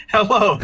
Hello